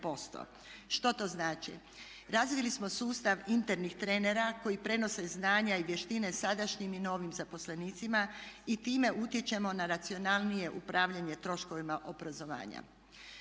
Što to znači? Razvili smo sustav internih trenera koji prenose znanja i vještine sadašnjim i novim zaposlenicima i time utječemo na racionalnije upravljanje troškovima obrazovanja.